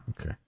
Okay